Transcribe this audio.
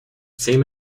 same